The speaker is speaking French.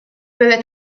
peuvent